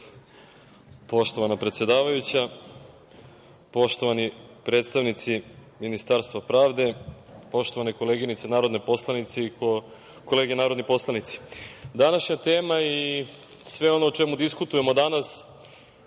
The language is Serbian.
Poštovana predsedavajuća, poštovani predstavnici Ministarstva pravde, poštovane koleginice narodne poslanice i kolege narodni poslanici, današnja tema i sve ono o čemu diskutujemo danas